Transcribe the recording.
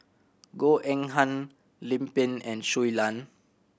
Goh Eng Han Lim Pin and Shui Lan